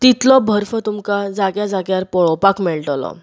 तितलो बर्फ तुमकां जाग्या जाग्यार पळोवपाक मेळटलो